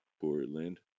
Portland